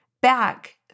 back